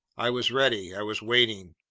i was ready. i was waiting.